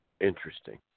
Interesting